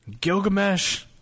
Gilgamesh